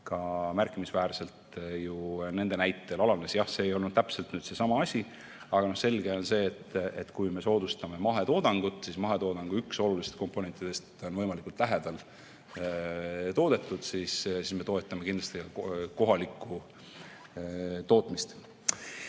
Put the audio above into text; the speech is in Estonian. märkimisväärselt ju selle näite puhul alanes. Jah, see ei olnud täpselt seesama asi, aga selge on see, et kui me soodustame mahetoodangut, siis mahetoodangu üks olulistest komponentidest on see, et ta on võimalikult lähedal toodetud, nii et me toetame kindlasti ka kohalikku tootmist.